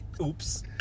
Oops